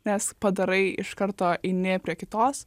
nes padarai iš karto eini prie kitos